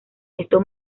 esto